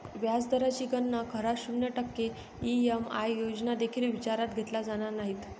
व्याज दराची गणना करा, शून्य टक्के ई.एम.आय योजना देखील विचारात घेतल्या जाणार नाहीत